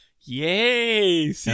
yay